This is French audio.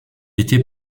était